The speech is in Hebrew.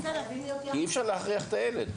אי-אפשר להכריח את הילד.